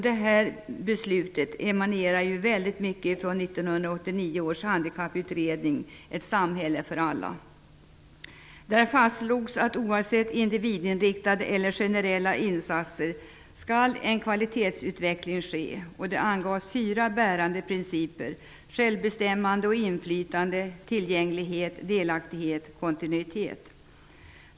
Detta beslut emanerar mycket från 1989 års handikapputredning Ett samhälle för alla. Där fastslogs det att oavsett individinriktade eller generella insatser skulle en kvalitetsutveckling ske. Fyra bärande principer angavs, nämligen självbestämmande och inflytande, tillgänglighet, delaktighet samt kontinuitet.